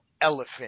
elephant